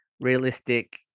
realistic